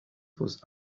was